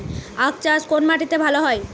আখ চাষ কোন মাটিতে ভালো হয়?